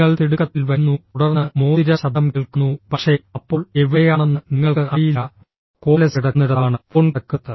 നിങ്ങൾ തിടുക്കത്തിൽ വരുന്നു തുടർന്ന് മോതിര ശബ്ദം കേൾക്കുന്നു പക്ഷേ അപ്പോൾ എവിടെയാണെന്ന് നിങ്ങൾക്ക് അറിയില്ല കോർഡ്ലെസ്സ് കിടക്കുന്നിടത്താണ് ഫോൺ കിടക്കുന്നത്